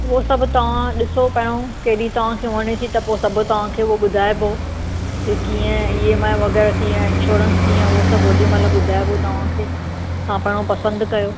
उहो सभु तव्हां ॾिसो तव्हां कहिड़ी तव्हां खे वणे थी त पोइ सभु तव्हां खे उहो ॿुधाइबो कि कीअं ई ऐम आई वगैरह कीअं आहिनि इन्शोरेंस कीअं उहो सभु ओॾी महिल ॿुधाइबो तव्हां खे तव्हां पहिरियों पसंद कयो